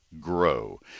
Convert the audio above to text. grow